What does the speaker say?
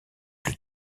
plus